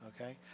Okay